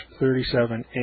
37A